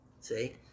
See